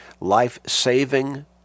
life-saving